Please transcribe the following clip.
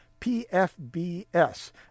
PFBS